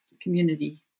community